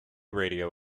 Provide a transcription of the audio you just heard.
radio